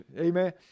Amen